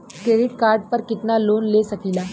Credit card पर कितनालोन ले सकीला?